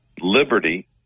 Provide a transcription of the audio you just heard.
Liberty